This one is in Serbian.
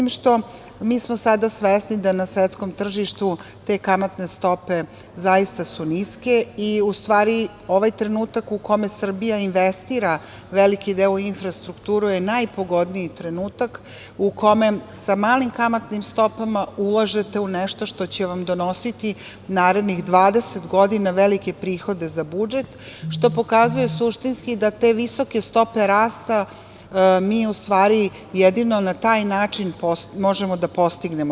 Mi smo sada svesni da su na svetskom tržištu te kamatne stope sada zaista niske i u stvari ovaj trenutak u kome Srbija investira veliki deo u infrastrukturu je najpogodniji trenutak u kome sa malim kamatnim stopama ulažete u nešto što će vam donositi narednih 20 godina velike prihode za budžet, što pokazuje suštinski da te visoke stope rasta mi u stvari jedino na taj način možemo da postignemo.